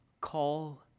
Call